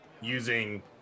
using